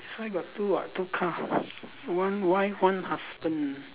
that's why got two [what] two car one wife one husband